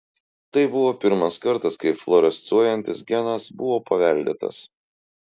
tai buvo pirmas kartas kai fluorescuojantis genas buvo paveldėtas